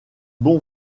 bon